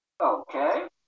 Okay